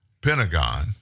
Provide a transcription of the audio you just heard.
Pentagon